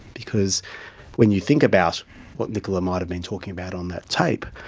because when you think about what nicola might have been talking about on that tape,